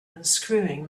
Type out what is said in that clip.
unscrewing